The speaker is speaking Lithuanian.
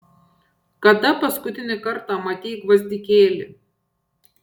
kada paskutinį kartą matei gvazdikėlį